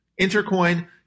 Intercoin